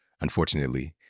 unfortunately